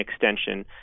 extension